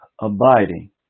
abiding